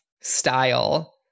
style